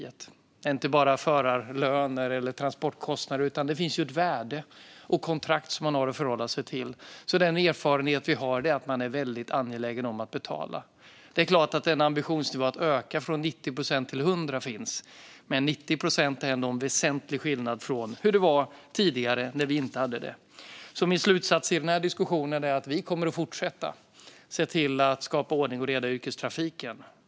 Det handlar inte bara om förarlöner eller transportkostnader, utan det finns ett värde och kontrakt som man har att förhålla sig till. Den erfarenhet vi har är alltså att man är väldigt angelägen om att betala. Det är klart att det finns en ambition att öka från 90 till 100 procent, men 90 procent är ändå en väsentlig skillnad jämfört med hur det var tidigare, när vi inte hade klampning. Min slutsats i denna diskussion är alltså att vi kommer att fortsätta se till att skapa ordning och reda i yrkestrafiken.